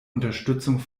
unterstützung